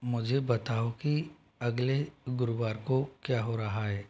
मुझे बताओ कि अगले गुरुवार को क्या हो रहा है